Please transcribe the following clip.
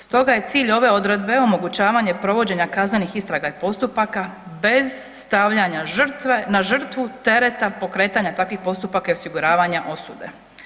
Stoga je cilj ove odredbe omogućavanje provođenja kaznenih istraga i postupaka bez stavljanja na žrtvu tereta pokretanja takvih postupaka i osiguravanja osude.